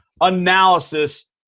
analysis